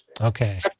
Okay